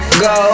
go